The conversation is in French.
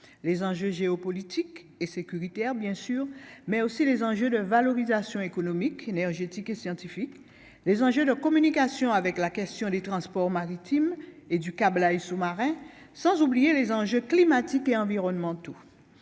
les enjeux géopolitiques et sécuritaires, bien sûr, mais aussi les enjeux de valorisation économique, énergétique et scientifique les enjeux de communication avec la question des transports maritimes et du câble a et sous- marins, sans oublier les enjeux climatiques et environnementaux